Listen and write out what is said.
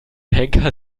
henker